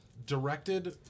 directed